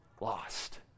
lost